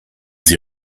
sie